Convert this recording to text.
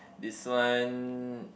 this one